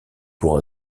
pour